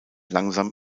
langsam